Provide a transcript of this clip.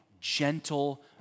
gentle